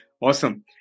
Awesome